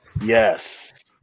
Yes